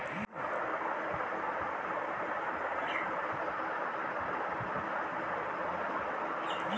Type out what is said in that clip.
यह सबसे अधिक गुण वाला सब्जी मानल जा हई